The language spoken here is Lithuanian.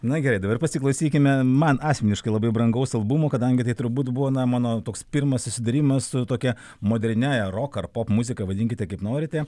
na gerai dabar pasiklausykime man asmeniškai labai brangaus albumo kadangi tai turbūt buvo na mano toks pirmas susidūrimas su tokia moderniąja rok ar popmuzika vadinkite kaip norite